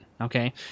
okay